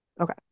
Okay